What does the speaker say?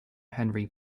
henry